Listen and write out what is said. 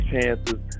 chances